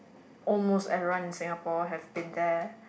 almost everyone in Singapore have been there